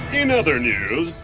in other news,